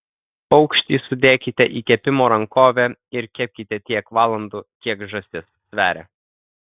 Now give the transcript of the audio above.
paukštį sudėkite į kepimo rankovę ir kepkite tiek valandų kiek žąsis sveria